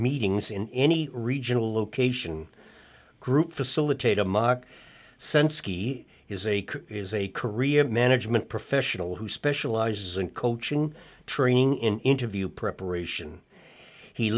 meetings in any regional location group facilitate a mock sense he is a is a career management professional who specializes in coaching training in interview preparation he